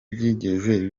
byigeze